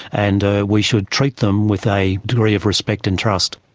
and ah we should treat them with a degree of respect and trust.